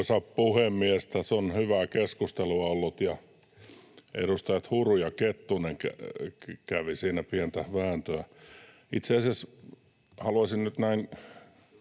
hyvää keskustelua ollut, ja edustajat Huru ja Kettunen kävivät siinä pientä vääntöä.